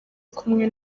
kumwe